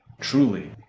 truly